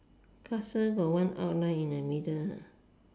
castle got one outline in the middle